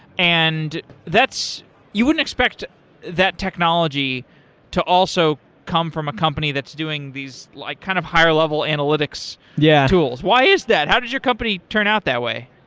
and you couldn't expect that technology to also come from a company that's doing these like kind of higher level analytics yeah tools. why is that? how did your company turn out that way?